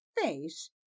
face